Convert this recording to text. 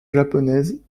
japonaises